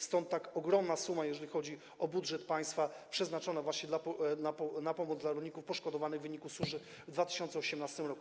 Stąd taka ogromna suma, jeżeli chodzi o budżet państwa, przeznaczona właśnie na pomoc dla rolników poszkodowanych w wyniku suszy w 2018 r.